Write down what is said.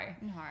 No